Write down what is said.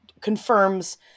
confirms